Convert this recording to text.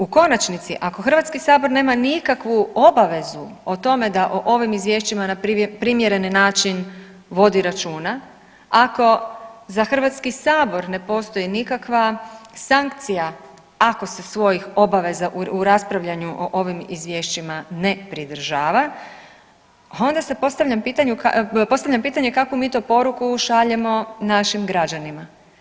U konačnici, ako Hrvatski sabor nema nikakvu obavezu o tome da o ovim izvješćima na primjereni način vodi računa, ako za Hrvatski sabor ne postoji nikakva sankcija ako se svojih obaveza u raspravljanju o ovim izvješćima ne pridržava, onda se postavljam pitanju, postavljam pitanje kakvu mi to poruku šaljemo našim građanima?